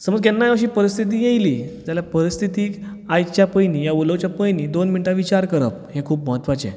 समज केन्नाय अशी परिस्थिती येयली जाल्यार परिस्थितीक आयकच्या पयलीं या पळोवचें पयलीं विचार करप हें खूब महत्वाचें